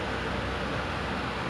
then like just vibing